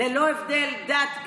ללא הבדל דת,